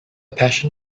passion